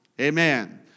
Amen